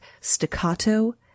staccato